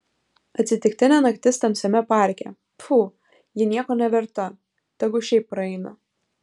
atsitiktinė naktis tamsiame parke pfu ji nieko neverta tegu šiaip praeina